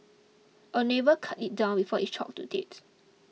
a neighbour cut it down before it choked to death